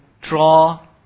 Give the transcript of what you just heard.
Draw